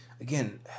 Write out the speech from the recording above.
again